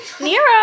Nero